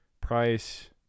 price